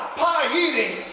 pie-eating